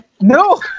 No